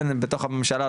בתוך הממשלה,